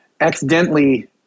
accidentally